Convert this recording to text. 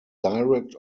direct